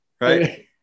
Right